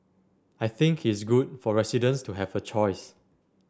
I think it's good for residents to have a choice